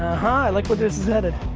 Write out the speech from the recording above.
uh-huh, i like where this is headed.